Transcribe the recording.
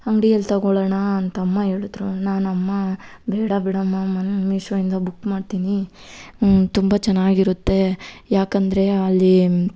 ಅಂಗಡಿಯಲ್ಲಿ ತಗೊಳೋಣ ಅಂತ ಅಮ್ಮ ಹೇಳದ್ರು ನಾನು ಅಮ್ಮ ಬೇಡ ಬಿಡಮ್ಮ ನಾನು ಮೀಶೋಯಿಂದ ಬುಕ್ ಮಾಡ್ತೀನಿ ತುಂಬ ಚೆನ್ನಾಗಿರುತ್ತೆ ಯಾಕಂದರೆ ಅಲ್ಲಿ